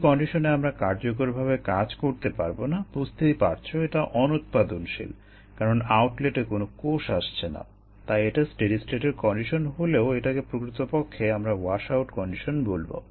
এই কন্ডিশনে আমরা কার্যকরভাবে কাজ করতে পারবো না বুঝতেই পারছো এটা অনুৎপাদনশীল কারণ আউটলেটে কোনো কোষ আসছে না তাই এটা স্টেডি স্টেটের কন্ডিশন হলেও এটাকে প্রকৃতপক্ষে আমরা ওয়াশআউট কন্ডিশন বলবো